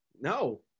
No